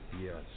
Yes